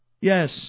yes